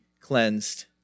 cleansed